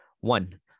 One